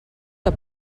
que